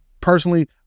personally